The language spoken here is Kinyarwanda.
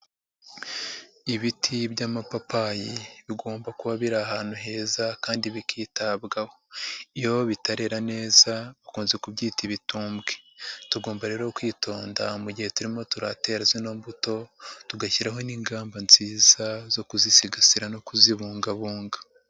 Ibiti by'amapapayi bigomba kuba biri ahantu heza kandi bikitabwaho. Iyo bitarera neza bakunze kubyita ibitumbwe. Tugomba rero kwitonda mu gihe turimo turatera zino mbuto tugashyiraho n'ingamba nziza zo kuzisigasira no kuzibungabunga.